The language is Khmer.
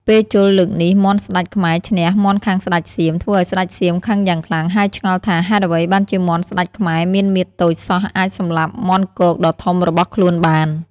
ពេលជល់លើកនេះមាន់ស្ដេចខ្មែរឈ្នះមាន់ខាងស្ដេចសៀម ធ្វើឲ្យស្ដេចសៀមខឹងយ៉ាងខ្លាំងហើយឆ្ងល់ថា ហេតុអ្វីបានជាមាន់ស្ដេចខ្មែរមានមាឌតូចសោះអាចសម្លាប់មាន់គកដ៏ធំរបស់ខ្លួនបាន។